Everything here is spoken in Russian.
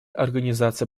организации